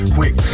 Quick